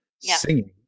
singing